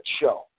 show